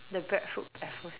the breadfruit breadfruit